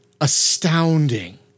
astounding